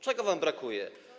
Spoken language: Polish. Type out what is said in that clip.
Czego wam brakuje?